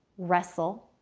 wrestle,